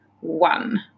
one